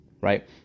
right